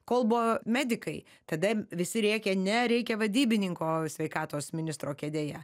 kolbo medikai tada visi rėkia ne reikia vadybininko sveikatos ministro kėdėje